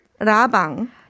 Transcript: rabang